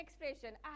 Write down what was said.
expression